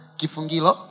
kifungilo